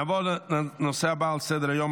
נעבור לנושא הבא על סדר-היום,